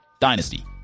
Dynasty